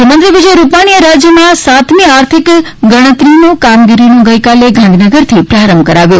મુખ્યમંત્રી વિજય રૂપાણીએ રાજ્યમાં સાતમી આર્થિક ગણતરીની કામગીરીનો ગઇકાલે ગાંધીનગરથી પ્રારંભ કરાવ્યો